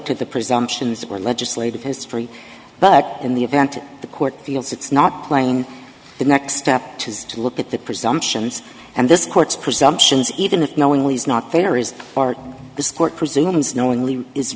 to the presumptions or legislative history but in the event the court feels it's not playing the next step is to look at the presumptions and this court's presumptions even if knowingly is not fair is for this court presumes knowingly is